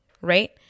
right